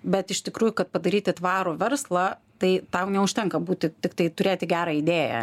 bet iš tikrųjų kad padaryti tvarų verslą tai tam neužtenka būti tiktai turėti gerą idėją